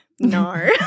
no